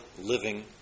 living